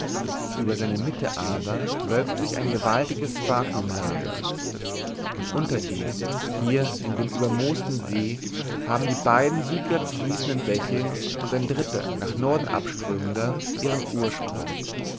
über seiner mitte aber wölbt sich ein gewaltiges sphagnumlager und unter dem hier in dem übermoosten see haben die beiden südwärts fließenden bäche und ein dritter nach norden abströmender ihren ursprung